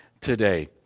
today